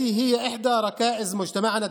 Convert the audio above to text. ואת הקונפליקטים המתמשכים.